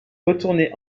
retourné